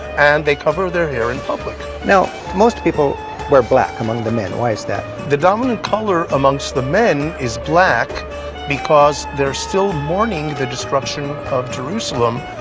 and they cover their hair in public. steves now, most people wear black, among the men. why is that the dominant color amongst the men is black because they're still mourning the destruction of jerusalem,